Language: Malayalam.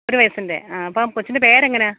ഒരു വയസിന്റെ ആ അപ്പം കൊച്ചിന്റെ പേര് എങ്ങനെയാണ്